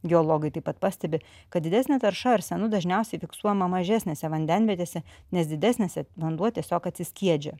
geologai taip pat pastebi kad didesnė tarša arsenu dažniausiai fiksuojama mažesnėse vandenvietėse nes didesnėse vanduo tiesiog atsiskiedžia